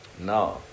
now